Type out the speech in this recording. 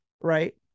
right